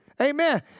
Amen